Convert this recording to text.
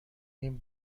این